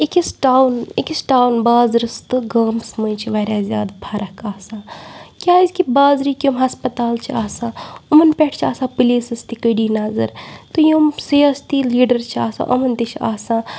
أکِس ٹاوُن أکِس ٹاوُن بازرَس تہٕ گامَس منٛز چھِ واریاہ زیادٕ فَرَکھ آسان کیازکہِ بازرٕکۍ یِم ہَسپَتال چھِ آسان یِمَن پٮ۪ٹھ چھِ آسان پُلیٖسَس تہِ کٔڈی نظر تہٕ یِم سیاستی لیٖڈَر چھِ آسان یِمَن تہِ چھِ آسان